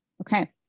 Okay